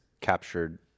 captured